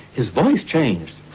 his voice changed!